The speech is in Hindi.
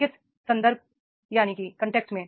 किस कॉन्टेक्स्ट में